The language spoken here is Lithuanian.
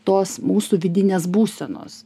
tos mūsų vidinės būsenos